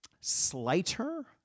slighter